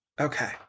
Okay